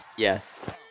Yes